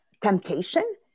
temptation